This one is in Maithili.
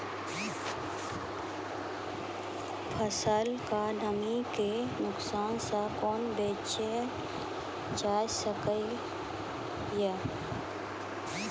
फसलक नमी के नुकसान सॅ कुना बचैल जाय सकै ये?